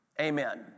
amen